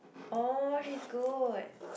oh she is good